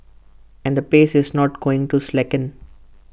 and the pace is not going to slacken